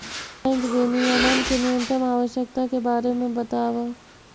bank विनियमन के न्यूनतम आवश्यकता के बारे में बतावऽ